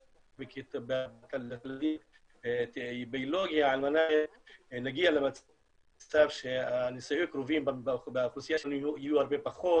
--- על מנת שנגיע למצב שנישואי קרובים באוכלוסייה שלנו יהיו הרבה פחות